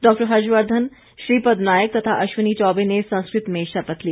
डॉ हर्षवर्धन श्रीपद नायक तथा अश्विनी चौबे ने संस्कृत में शपथ ली